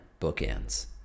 Bookends